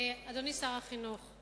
אדוני שר החינוך,